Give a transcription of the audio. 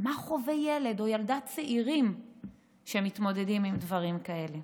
מה חווה ילד או ילדה צעירים שמתמודדים עם דברים כאלה.